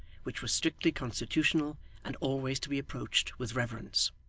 which was strictly constitutional and always to be approached with reverence.